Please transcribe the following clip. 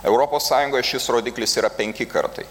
europos sąjungoj šis rodiklis yra penki kartai